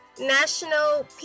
National